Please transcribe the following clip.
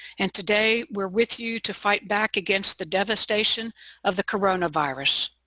and today we're with you to fight back against the devastation of the coronavirus.